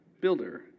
Builder